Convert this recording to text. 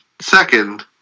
Second